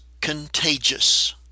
contagious